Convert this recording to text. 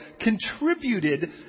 contributed